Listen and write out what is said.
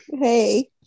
Hey